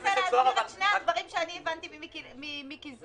אבל --- אני אנסה להסביר את שני הדברים שאני הבנתי ממיקי זוהר,